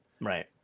right